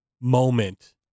moment